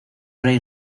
rey